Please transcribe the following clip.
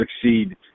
succeed